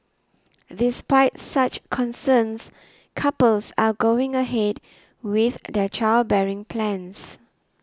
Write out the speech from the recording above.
despite such concerns couples are going ahead with their childbearing plans